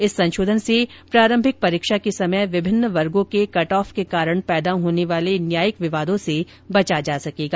इस संशोधन से प्रारंभिक परीक्षा के समय विभिन्न वर्गों के कट ऑफ के कारण पैदा होने वाले न्यायिक विवादों से बचा जा सकेगा